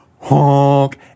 honk